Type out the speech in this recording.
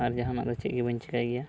ᱟᱨ ᱡᱟᱦᱟᱱᱟᱜ ᱫᱚ ᱪᱮᱫ ᱜᱮ ᱵᱟᱹᱧ ᱪᱮᱠᱟᱭ ᱜᱮᱭᱟ